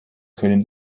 können